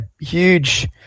huge